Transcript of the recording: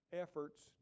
efforts